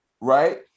right